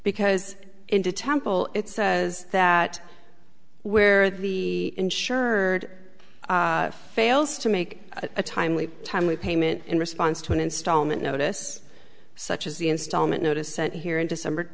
because into temple it says that where the insured fails to make a timely timely payment in response to an installment notice such as the installment notice sent here in december